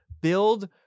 build